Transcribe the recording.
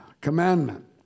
commandment